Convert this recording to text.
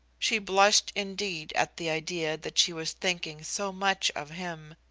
she blushed indeed at the idea that she was thinking so much of him,